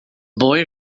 boy